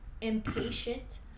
impatient